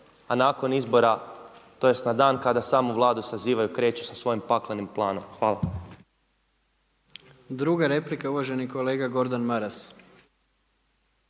a nakon izbora tj. na dan kada samu Vladu sazivaju kreću sa svojim paklenim planom. Hvala. **Jandroković, Gordan